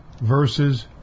verses